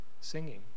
singing